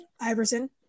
Iverson